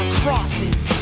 crosses